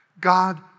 God